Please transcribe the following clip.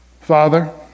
Father